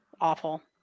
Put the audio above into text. Awful